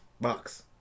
box